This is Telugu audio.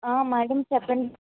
మ్యాడం చెప్పండి